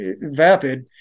vapid